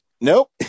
nope